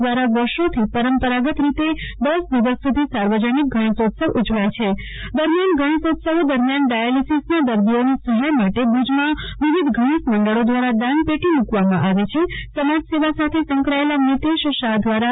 દ્રારા વર્ષોથી પરંપરાગત રીતે દશે દિવસ સુધી સાર્વજનિક ગણોત્સવ ઉજવાય છે દરમ્યાન ગણેશોત્સવો દરમ્યાન ડાયાલીસીસના દર્દીઓની સહાય માટે ભુજમાં વિવિધ ગણેશ મંડળો દ્રારા દાન પેટી મુકવામાં આવે છેસમાજ સેવા સાથે સંકળાયેલા મિતેશ શાહ દ્રારા